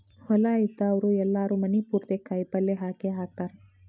ಹೊಲಾ ಇದ್ದಾವ್ರು ಎಲ್ಲಾರೂ ಮನಿ ಪುರ್ತೇಕ ಕಾಯಪಲ್ಯ ಹಾಕೇಹಾಕತಾರ